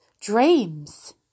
dreams